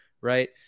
Right